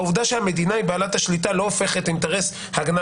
העובדה שהמדינה היא בעלת השליטה לא הופכת את אינטרס ההגנה